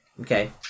Okay